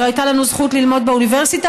לא הייתה לנו זכות ללמוד באוניברסיטה,